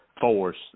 force